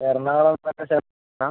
എറണാകുളം വരെ സെവെൻ സീറ്റോ മാം